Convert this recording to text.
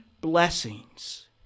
blessings